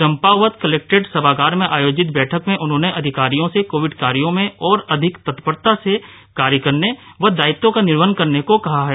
Champawat collectorate सभागार में आयोजित बैठक में उन्होंने अधिकारियों से कोविड़ कार्यो में ओर अधिक तत्परता से कार्य करने व दायित्वों का निर्वहन करने को कहा है